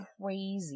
crazy